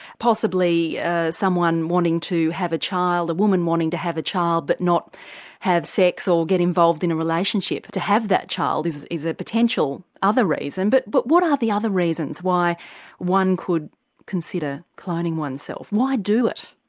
possibly someone wanting to have a child, a woman wanting to have a child but not have sex or get involved in a relationship but to have that child is is a potential other reason. but but what are the other reasons why one could consider cloning oneself, why do it?